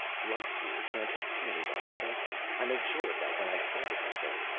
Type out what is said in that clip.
lights here can't be seen by the sentries, i made sure of that when i sited the place.